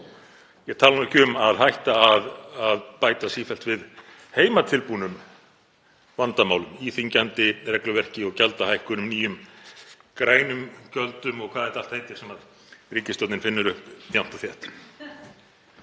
Ég tala nú ekki um að hætta að bæta sífellt við heimatilbúnum vandamálum, íþyngjandi regluverki og gjaldahækkunum, nýjum, grænum gjöldum, og hvað þetta allt heitir sem ríkisstjórnin finnur upp jafnt og